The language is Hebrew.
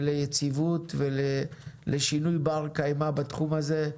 וליציבות ולשינוי בר קיימא בתחום הזה.